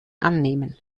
annehmen